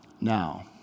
Now